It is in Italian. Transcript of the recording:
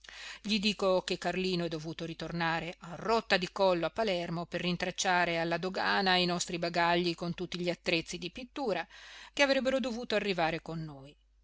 gli dico che carlino è dovuto ritornare a rotta di collo a palermo per rintracciare alla dogana i nostri bagagli con tutti gli attrezzi